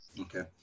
okay